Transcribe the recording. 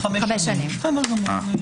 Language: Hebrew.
חמש שנים, בסדר גמור.